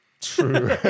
True